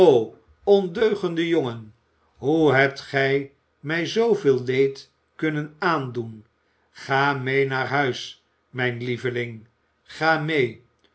ondeugende jongen hoe hebt gij mij zooveel leed kunnen aandoen ga mee naar huis mijn lieveling ga mee